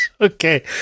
Okay